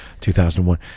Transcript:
2001